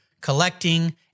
collecting